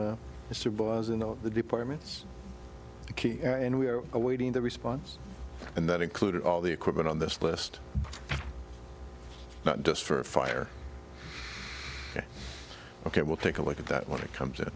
in the departments to keep and we are awaiting the response and that included all the equipment on this list not just for a fire ok we'll take a look at that when it comes to